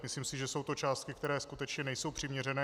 Myslím si, že jsou to částky, které skutečně nejsou přiměřené.